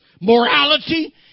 morality